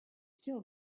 still